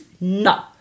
no